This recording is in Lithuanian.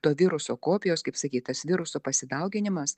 to viruso kopijos kaip sakyt tas viruso pasidauginimas